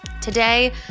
today